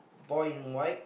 boy in white